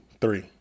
Three